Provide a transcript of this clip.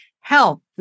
help